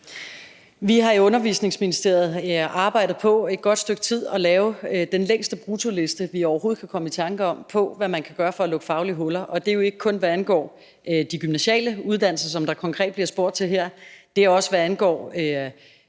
i Børne- og Undervisningsministeriet arbejdet på i et godt stykke tid at lave den længste bruttoliste, vi overhovedet kan komme i tanke om, over, hvad man kan gøre for at lukke faglige huller, og det er jo ikke kun, hvad angår de gymnasiale uddannelser, som der konkret bliver spurgt til her. Det er også, hvad angår